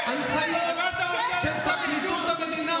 תגיד לי?